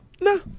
No